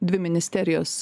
dvi ministerijos